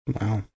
Wow